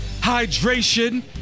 hydration